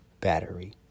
battery